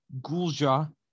Gulja